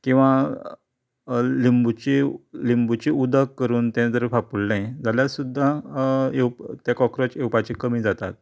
किंवां लिंबूची लिंबूची उदक करून तें जर फाफुडलें जाल्यार सुद्दां येव् ते काॅकरोच येवपाचे कमी जातात